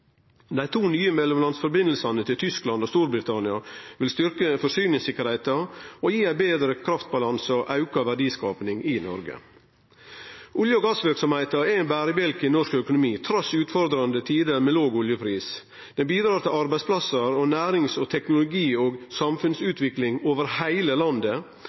Dei to nye mellomlandssambanda til Tyskland og Storbritannia vil styrkje forsyningssikkerheita og gi betre kraftbalanse og auka verdiskaping i Noreg. Olje- og gassverksemda er ein berebjelke i norsk økonomi trass i utfordrande tider med låg oljepris. Ho bidreg til arbeidsplassar og nærings-, teknologi- og samfunnsutvikling over heile landet,